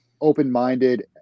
open-minded